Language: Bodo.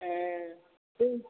ए जों